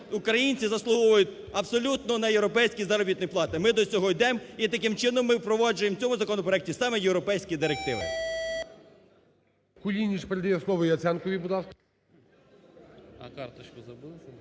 українці заслуговують абсолютно на європейські заробітні плати. Ми до цього йдемо і таким чином ми впроваджуємо в цьому законопроекті саме європейські директиви.